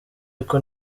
ariko